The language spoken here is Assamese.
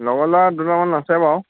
লগৰ ল'ৰা দুটামান আছে বাৰু